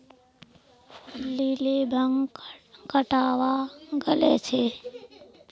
lily भांग कटावा गले छे